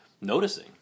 noticing